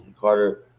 Carter